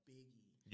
Biggie